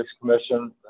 commission